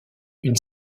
une